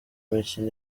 mikino